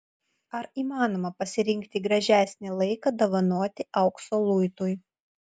ar įmanoma pasirinkti gražesnį laiką dovanoti aukso luitui